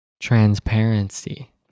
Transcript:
Transparency